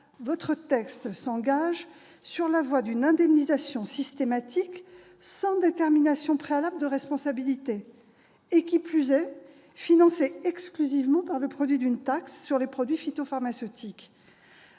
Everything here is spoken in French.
votre texte s'engage sur la voie d'une indemnisation systématique, sans détermination préalable de responsabilité. En outre, cette indemnisation serait financée exclusivement par le produit d'une taxe sur les produits phytopharmaceutiques.